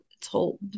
told